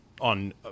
On